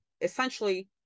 essentially